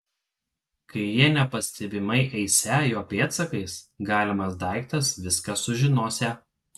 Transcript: kai jie nepastebimai eisią jo pėdsakais galimas daiktas viską sužinosią